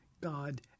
God